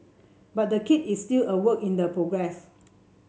but the kit is still a work in progress